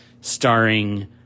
starring